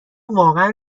واقعا